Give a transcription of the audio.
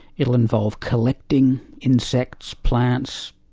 it'll involve collecting insects, plants,